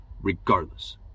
regardless